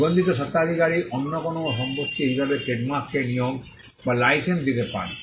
নিবন্ধিত স্বত্বাধিকারী অন্য কোনও সম্পত্তি হিসাবে ট্রেডমার্ককে নিয়োগ বা লাইসেন্স দিতে পারে